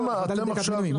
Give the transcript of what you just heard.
הוועדה לבדיקת מינויים.